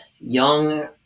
young